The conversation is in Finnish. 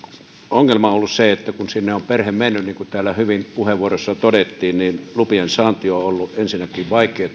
ongelma on ollut se että kun sinne on perhe mennyt niin kuin täällä hyvin puheenvuoroissa todettiin niin lupien saanti on ollut ensinnäkin vaikeata ja